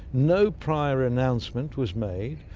no prior announcement was made,